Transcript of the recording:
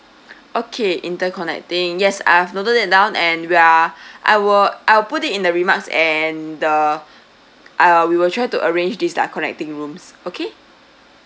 okay interconnecting yes I've noted that down and ya I will I'll put it in the remarks and the uh we will try to arrange this lah connecting rooms okay